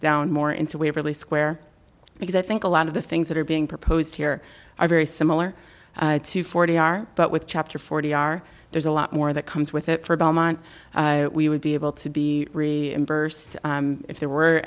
down more into waverly square because i think a lot of the things that are being proposed here are very similar to forty are but with chapter forty are there's a lot more that comes with it for a moment we would be able to be reimbursed if there were